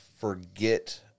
forget